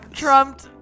trumped